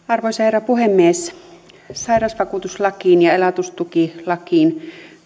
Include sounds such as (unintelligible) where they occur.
(unintelligible) arvoisa herra puhemies sairausvakuutuslakiin ja elatustukilakiin